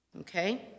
Okay